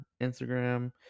instagram